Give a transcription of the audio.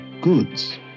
goods